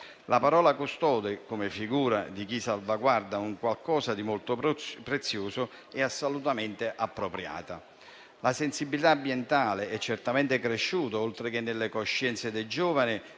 La parola custode, come figura di chi salvaguarda un qualcosa di molto prezioso, è assolutamente appropriata. La sensibilità ambientale è certamente cresciuta, oltre che nelle coscienze dei giovani,